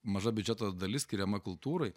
maža biudžeto dalis skiriama kultūrai